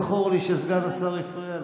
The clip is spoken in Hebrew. לא זכור לי שסגן השר הפריע לך.